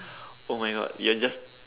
[oh]-my-God you are just